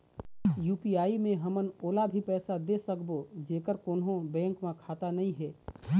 UPI मे हमन ओला भी पैसा दे सकबो जेकर कोन्हो बैंक म खाता नई हे?